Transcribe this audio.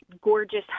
gorgeous